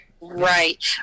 Right